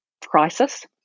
crisis